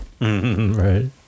Right